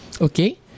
Okay